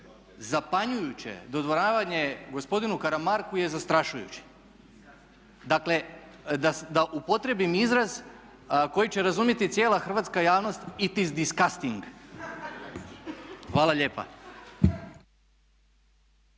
zapanjujuće dodvoravanje gospodinu Karamarku je zastrašujuće. Dakle, da upotrijebim izraz koji će razumjeti cijela hrvatska javnost "It is disgusting!" Hvala lijepa.